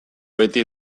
beti